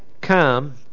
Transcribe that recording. come